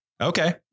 Okay